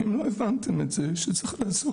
אם לא הבנתם את זה, שצריך לעזור,